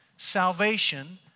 salvation